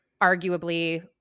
arguably